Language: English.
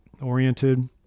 oriented